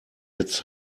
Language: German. jetzt